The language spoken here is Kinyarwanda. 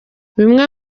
bimwe